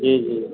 जी जी